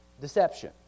deception